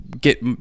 get